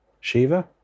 Shiva